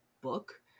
book